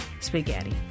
spaghetti